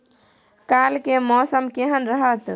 काल के मौसम केहन रहत?